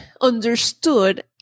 understood